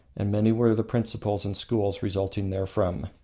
and many were the principles and schools resulting therefrom.